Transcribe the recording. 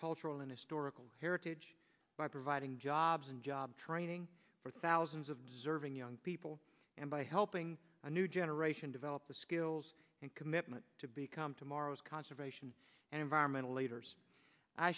cultural and historical heritage by providing jobs and job training for thousands of deserving young people and by helping a new generation develop the skills and commitment to become tomorrow's conservation and environmental leaders i